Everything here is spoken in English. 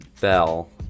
Bell